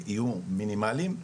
יהיו מינימליים.